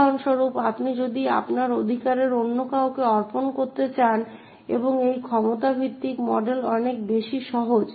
উদাহরণস্বরূপ আপনি যদি আপনার অধিকার অন্য কাউকে অর্পণ করতে চান এবং একটি ক্ষমতা ভিত্তিক মডেল অনেক বেশি সহজ